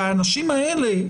האנשים האלה,